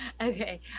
Okay